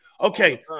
Okay